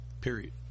Period